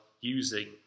using